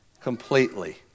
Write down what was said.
completely